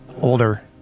Older